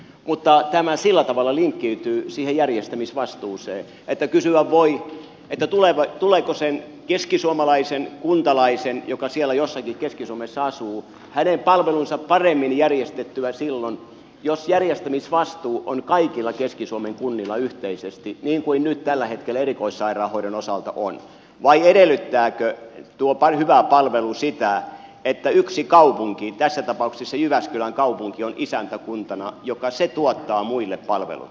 mutta tämä sillä tavalla linkkiytyy siihen järjestämisvastuuseen että kysyä voi tuleeko sen keskisuomalaisen kuntalaisen joka siellä jossakin keski suomessa asuu palvelut paremmin järjestettyä silloin jos järjestämisvastuu on kaikilla keski suomen kunnilla yhteisesti niin kuin nyt tällä hetkellä erikoissairaanhoidon osalta on vai edellyttääkö tuo hyvä palvelu sitä että yksi kaupunki tässä tapauksessa jyväskylän kaupunki on isäntäkuntana joka tuottaa muille palvelut